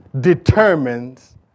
determines